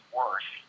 worse